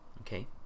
okay